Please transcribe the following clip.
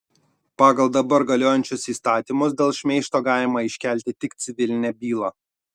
pagal dabar galiojančius įstatymus dėl šmeižto galima iškelti tik civilinę bylą